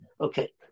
Okay